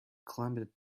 climbed